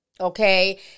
okay